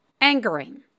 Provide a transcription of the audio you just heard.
angering